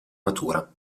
natura